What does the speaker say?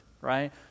right